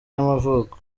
y’amavuko